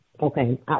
okay